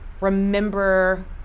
remember